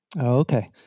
Okay